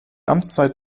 amtszeit